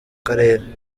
karere